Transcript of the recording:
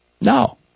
No